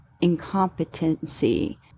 incompetency